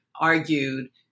argued